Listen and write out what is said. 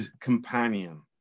companion